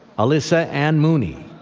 alyssa ann mooney,